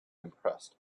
impressed